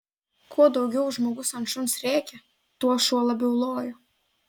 kuo daugiau žmogus ant šuns rėkė tuo šuo labiau lojo